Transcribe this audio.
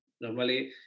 normally